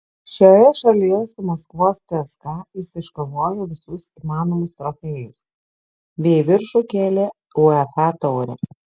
šioje šalyje su maskvos cska jis iškovojo visus įmanomus trofėjus bei į viršų kėlė uefa taurę